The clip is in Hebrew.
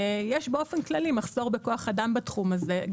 יש באופן כללי מחסור בכוח אדם בתחום הזה.